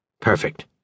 Perfect